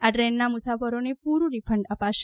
આ ટ્રેનના મુસાફરોને પૂરૂં રીફંડ અપાશે